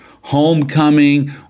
homecoming